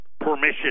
permission